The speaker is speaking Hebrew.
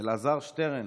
אלעזר שטרן.